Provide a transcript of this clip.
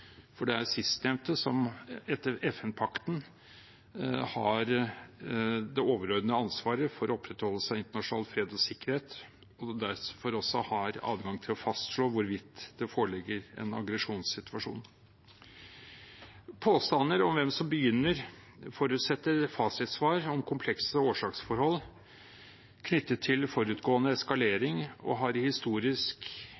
for det er sistnevnte som etter FN-pakten har det overordnede ansvaret for opprettholdelse av internasjonal fred og sikkerhet og derfor også har adgang til å fastslå hvorvidt det foreligger en aggresjonssituasjon. Påstander om hvem som begynner, forutsetter fasitsvar om komplekse årsaksforhold knyttet til forutgående